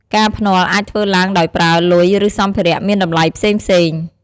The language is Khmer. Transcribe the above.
ការភ្នាល់អាចធ្វើឡើងដោយប្រើ លុយ ឬសម្ភារៈមានតម្លៃផ្សេងៗ។